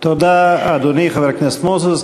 תודה, אדוני חבר הכנסת מוזס.